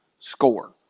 score